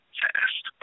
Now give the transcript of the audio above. fast